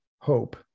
hope